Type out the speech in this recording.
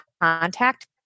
contact